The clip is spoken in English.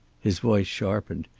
his voice sharpened.